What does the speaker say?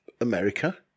america